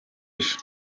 ejo